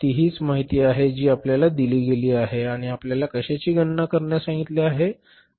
ती हीच माहिती आहे जी आपल्याला दिली गेली आहे आणि आपल्याला कशाची गणना करण्यास सांगितले आहे